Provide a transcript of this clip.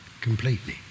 completely